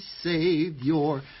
Savior